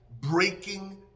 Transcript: breaking